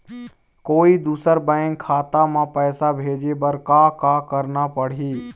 कोई दूसर बैंक खाता म पैसा भेजे बर का का करना पड़ही?